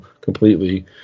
completely